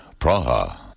Praha